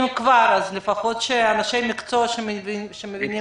אם כבר, אז לפחות שאנשי מקצוע שמבינים בזה.